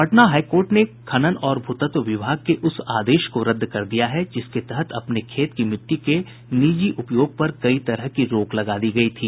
Patna high court ने खनन और भू तत्व विभाग के उस आदेश को रद्द कर दिया है जिसके तहत अपने खेत की मिट्टी के निजी उपयोग पर कई तरह की रोक लगा दी गयी थी